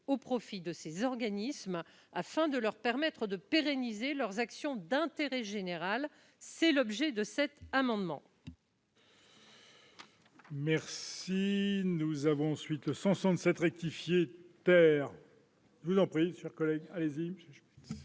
au profit de ces organismes afin de leur permettre de pérenniser leurs actions d'intérêt général. L'amendement